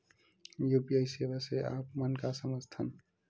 UPI सेवा से आप मन का समझ थान?